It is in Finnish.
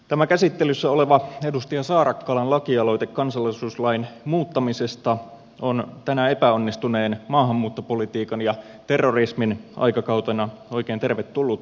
tämä käsittelyssä oleva edustaja saarakkalan lakialoite kansalaisuuslain muuttamisesta on tänä epäonnistuneen maahanmuuttopolitiikan ja terrorismin aikakautena oikein tervetullut ehdotus